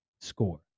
score